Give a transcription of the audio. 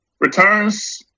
returns